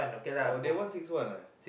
oh they won six one ah